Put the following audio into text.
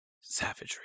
savagery